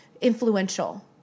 influential